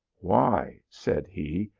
why, said he,